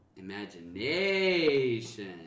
Imagination